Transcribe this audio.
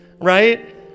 right